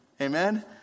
Amen